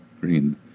Green